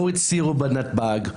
לא הצהירו בנתב"ג,